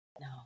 No